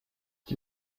die